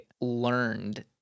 learned